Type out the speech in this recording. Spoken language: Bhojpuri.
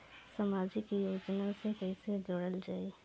समाजिक योजना से कैसे जुड़ल जाइ?